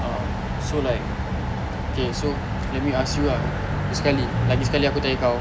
uh so like okay so let me ask you ah sekali lagi sekali aku tanya kau